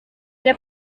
der